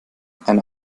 ein